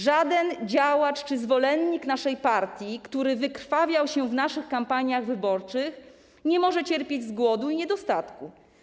Żaden działacz czy zwolennik naszej partii, który wykrwawiał się w naszych kampaniach wyborczych, nie może cierpieć z głodu i niedostatku.